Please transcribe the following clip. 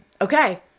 Okay